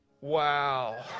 wow